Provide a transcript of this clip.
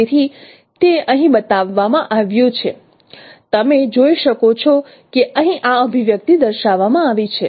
તેથી તે અહીં બતાવવામાં આવ્યું છે તમે જોઈ શકો છો કે અહીં આ અભિવ્યક્તિ દર્શાવવામાં આવી છે